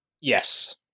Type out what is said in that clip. Yes